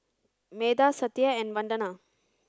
Medha Satya and Vandana